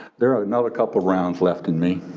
there are another couple rounds left in me